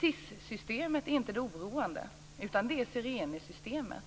SIS är inte det oroande, utan det är Sirene.